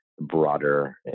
broader